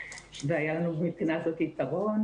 והיה לנו מבחינה זאת יתרון,